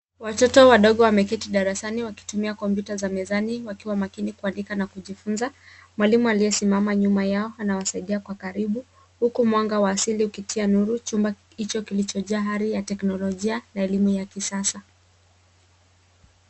Watoto wadogo wameketi darasani wakitumia kompyuta za mezani kwa makini kuandika na kujifunza. Mwalimu aliye simama nyuma yao anawasaidia kwa karibu huku mwanga wa asili ukitoa nuru chumba kilicho jaa hari ya teknolojia na elimu ya kisasa.